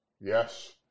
Yes